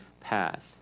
path